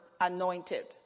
anointed